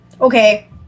Okay